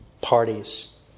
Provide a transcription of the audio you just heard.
parties